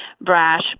brash